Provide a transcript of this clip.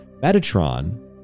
Metatron